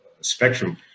spectrum